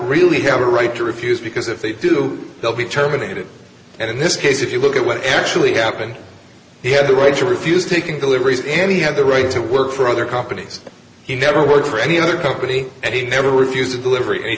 really have a right to refuse because if they do they'll be terminated and in this case if you look at what actually happened he had the right to refuse taking deliveries any had the right to work for other companies he never worked for any other company and he never refused delivery a